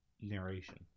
narration